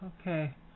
okay